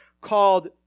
called